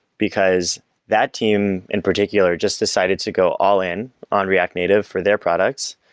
because that team in particular just decided to go all in on react native for their products,